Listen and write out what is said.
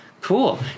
cool